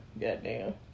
Goddamn